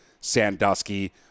Sandusky